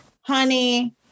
honey